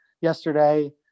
yesterday